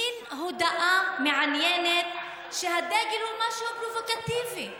מין הודעה מעניינת שהדגל הוא משהו פרובוקטיבי.